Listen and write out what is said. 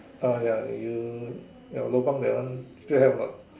ah ya you your Lobang that one still have or not